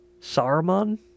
Saruman